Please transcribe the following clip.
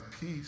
peace